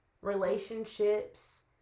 relationships